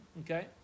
Okay